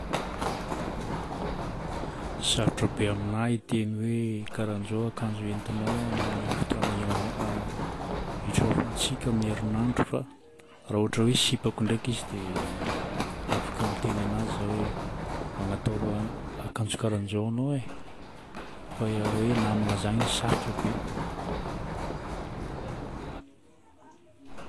Sarotra be amina hiteny hoe karahan'izao akanjo oentinao amin'ny fotoagna ihao- ahh itsôvantsika amin'ny herinandro fa raha ôhatra hoe sipako ndraiky izy dia afaka miteny ananjy za hoe magnataova akanjo karaha zao ano e. Fa raha hoe namagna zagny izy sarotra be.